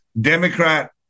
Democrat